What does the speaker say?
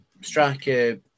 striker